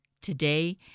Today